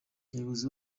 umuyobozi